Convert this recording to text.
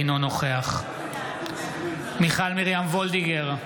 אינו נוכח מיכל מרים וולדיגר,